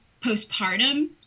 postpartum